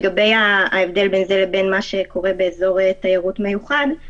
לגבי ההבדל בין זה לבין מה שקורה באזור תיירות מיוחד.